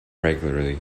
regularly